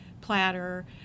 platter